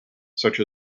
such